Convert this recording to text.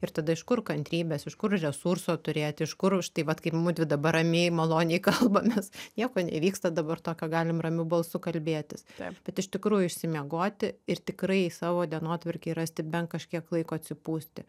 ir tada iš kur kantrybės iš kur resurso turėti iš kur už tai vat kaip mudvi dabar ramiai maloniai kalbamės nieko nevyksta dabar tokio galim ramiu balsu kalbėtis bet iš tikrųjų išsimiegoti ir tikrai savo dienotvarkėj rasti bent kažkiek laiko atsipūsti